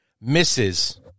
misses